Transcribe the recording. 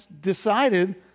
decided